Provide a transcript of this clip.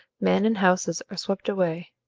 men, and houses are swept away,